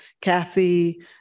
Kathy